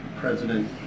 President